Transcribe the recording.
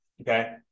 okay